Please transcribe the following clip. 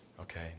Okay